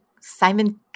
Simon